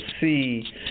see